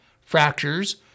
fractures